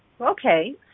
Okay